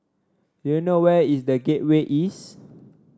do you know where is The Gateway East